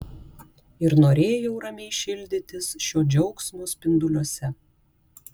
ir norėjau ramiai šildytis šio džiaugsmo spinduliuose